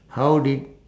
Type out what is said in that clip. how did